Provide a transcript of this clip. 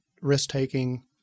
risk-taking